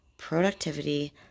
productivity